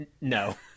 no